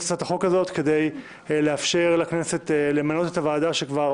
הצעת החוק הזאת כדי לאפשר לכנסת למנות את הוועדה שכבר